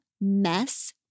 Mess